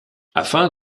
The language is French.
afin